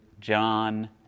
John